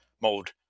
mode